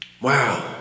Wow